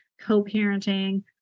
co-parenting